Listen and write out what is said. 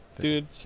dude